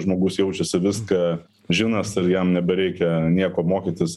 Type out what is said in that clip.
žmogus jaučiasi viską žinąs ar jam nebereikia nieko mokytis